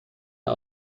der